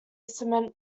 cement